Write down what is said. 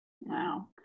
Wow